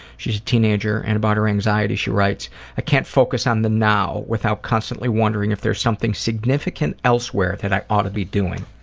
she's a teenager, and about her anxiety, and she writes i can't focus on the now without constantly wondering if there's something significant elsewhere that i ought to be doing.